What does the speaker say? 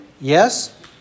Yes